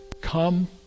come